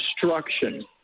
destruction